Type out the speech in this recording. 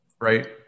right